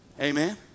Amen